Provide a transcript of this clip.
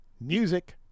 music